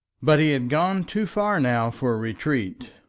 but he had gone too far now for retreat,